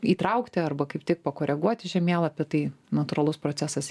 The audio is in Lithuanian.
įtraukti arba kaip tik pakoreguoti žemėlapį tai natūralus procesas